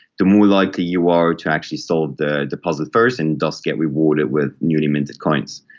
the more likely you are to actually solve the deposit first and thus get rewarded with newly minted coins.